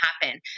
happen